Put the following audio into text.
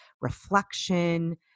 reflection